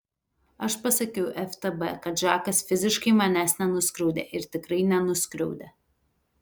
aš pasakiau ftb kad žakas fiziškai manęs nenuskriaudė ir tikrai nenuskriaudė